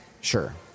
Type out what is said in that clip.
Sure